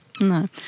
No